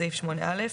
בסעיף 8א,